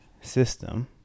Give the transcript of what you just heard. system